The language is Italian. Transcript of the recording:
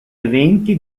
eventi